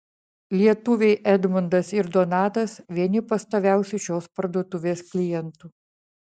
lietuviai edmundas ir donatas vieni pastoviausių šios parduotuvės klientų